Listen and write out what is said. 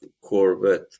Corvette